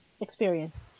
experience